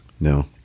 No